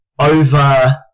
over